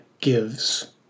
gives